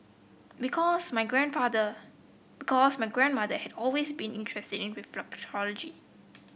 because my grandfather because my grandmother had always been interested in reflexology